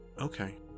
Okay